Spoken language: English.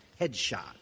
Headshot